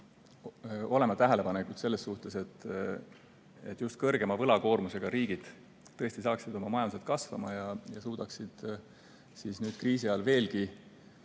olema tähelepanelikud selle suhtes, et just kõrgema võlakoormusega riigid saaksid oma majanduse kasvama ja suudaksid nüüd kriisiajal veelgi